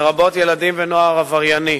לרבות ילדים ונוער עברייני.